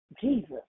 Jesus